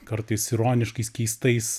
kartais ironiškai keistais